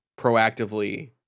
proactively